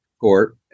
court